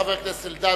חבר הכנסת אלדד,